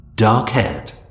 dark-haired